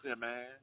man